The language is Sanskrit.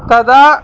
तदा